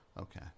Okay